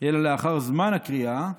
אלא לאחר זמן הקריאה,